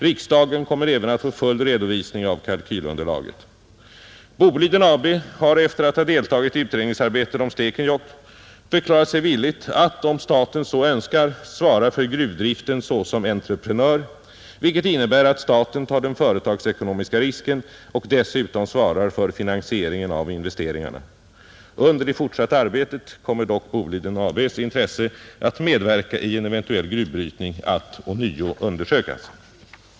Riksdagen kommer även att få full redovisning av kalkylunderlaget. Boliden AB har efter att ha deltagit i utredningsarbetet om Stekenjokk förklarat sig villigt att om staten så önskar svara för gruvdriften såsom entreprenör, vilket innebär att staten tar den företagsekonomiska risken och dessutom svarar för finansieringen av investeringarna, Under det fortsatta arbetet kommer dock Boliden AB:s intresse att medverka i en eventuell gruvbrytning att ånyo undersökas.